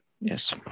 yes